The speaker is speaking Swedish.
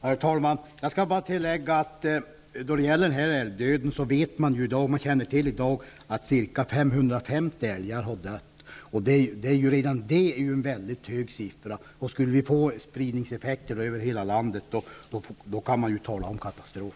Herr talman! Jag skall bara tillägga att när det gäller älgdöden känner man till i dag att ca 550 älgar har dött. Redan det är en hög siffra. Skulle vi få spridningseffekter över hela landet, kan man tala om en katastrof.